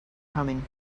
coming